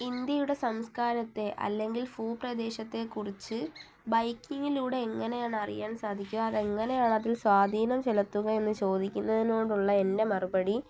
ഇന്ത്യയുടെ സംസ്കാരത്തെ അല്ലെങ്കിൽ ഭൂപ്രദേശത്തെക്കുറിച്ച് ബൈക്കിങ്ങിലൂടെ എങ്ങനെയാണ് അറിയാൻ സാധിക്കുക അതെങ്ങനെയാണതിൽ സ്വാധീനം ചെലത്തുക എന്നു ചോദിക്കുന്നതിനോടുള്ള എൻ്റെ മറുപടി